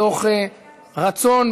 מתוך רצון,